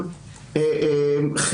מה תוקף דעתו?